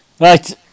right